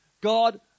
God